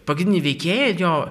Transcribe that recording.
pagrindiniai veikėjai jo